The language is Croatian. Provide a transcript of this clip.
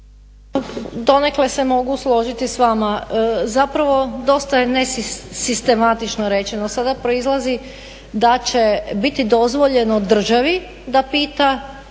donekle se mogu složiti s vama. Zapravo dosta je nesistematično rečeno, sada proizlazi da će biti dozvoljeno državi da pita